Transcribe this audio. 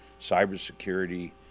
cybersecurity